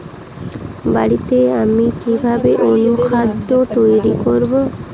বাড়িতে আমি কিভাবে অনুখাদ্য তৈরি করব?